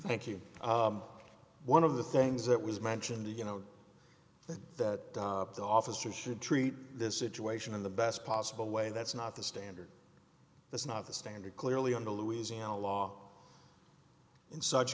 thank you one of the things that was mentioned to you know that the officers should treat this situation in the best possible way that's not the standard that's not the standard clearly on the louisiana law in such